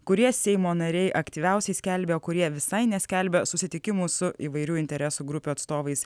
kurie seimo nariai aktyviausiai skelbia kurie visai neskelbia susitikimų su įvairių interesų grupių atstovais